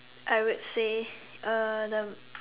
I would say uh the